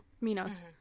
Minos